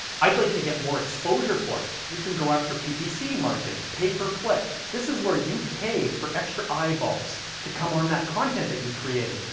i'd like to get more exposure for it. you can go after ppc marketing, pay per click. this is where you pay for extra eyeballs to come on that content that you created.